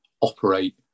operate